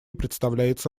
представляется